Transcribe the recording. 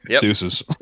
Deuces